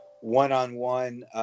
one-on-one